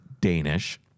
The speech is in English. Danish